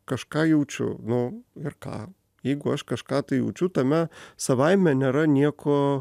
kažką jaučiu nu ir ką jeigu aš kažką tai jaučiu tame savaime nėra nieko